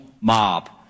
mob